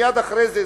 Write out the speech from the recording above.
מייד אחרי זה,